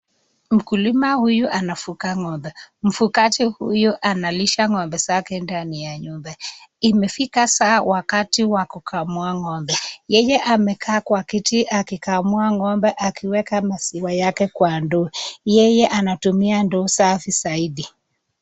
Mkulima huyu anafuka ngo'mbe mfukaji huyu analisha ngo'mbe, yake ndani ya nyumba imefikaa wakati wa kukamua ngo'mbe yeye amekaa kwa kiti akikamua ngo'mbe akiweka maziwa yake kwa ndoo, yeye anatumia ndoo safi zaidi.